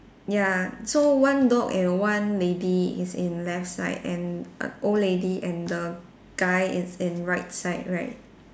ya so one dog and one lady is in left side and err old lady and the guy is in right side right